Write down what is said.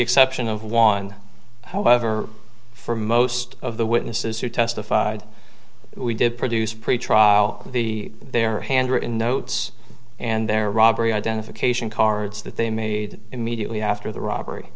exception of one however for most of the witnesses who testified we did produce a pretty trial the there are handwritten notes and there robbery identification cards that they made immediately after the robbery